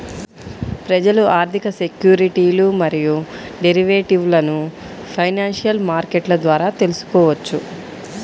ప్రజలు ఆర్థిక సెక్యూరిటీలు మరియు డెరివేటివ్లను ఫైనాన్షియల్ మార్కెట్ల ద్వారా తెల్సుకోవచ్చు